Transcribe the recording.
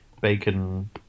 bacon